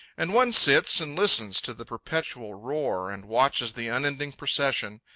and one sits and listens to the perpetual roar, and watches the unending procession,